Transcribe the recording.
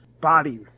body